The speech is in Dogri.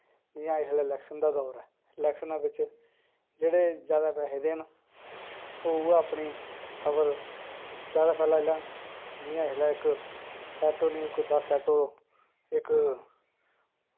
जियां इसलै इलैक्शन दा दौर ऐ इलैक्शन दे बिच्च जेह्ड़े जादा पैहे देन उ'ऐ अपनी खबर जादा फलाई लैन जियां इसलै इक ऐटो निं कोई दस ऐटो इक